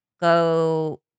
go